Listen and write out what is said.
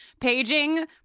Paging